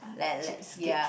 ya